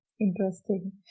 Interesting